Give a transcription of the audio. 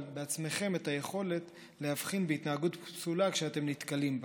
אבל תמצאו בעצמכם את היכולת להבחין בהתנהגות פסולה כשאתם נתקלים בה.